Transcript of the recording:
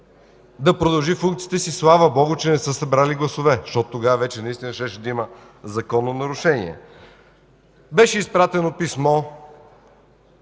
да продължи функциите си. Слава Богу, че не са събрали гласове, защото тогава наистина щеше да има закононарушение. Беше изпратено писмо